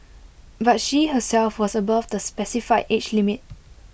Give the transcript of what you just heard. but she herself was above the specified age limit